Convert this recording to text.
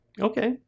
okay